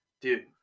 Dude